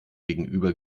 gegenüber